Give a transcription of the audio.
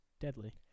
deadly